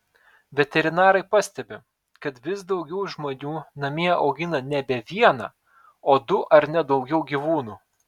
veterinarai pastebi kad vis daugiau žmonių namie augina nebe vieną o du ar net daugiau gyvūnų